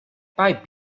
pipe